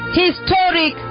historic